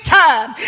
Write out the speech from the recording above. time